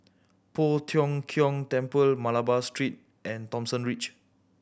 Poh Tiong Kiong Temple Malabar Street and Thomson Ridge